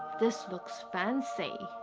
this looks fancy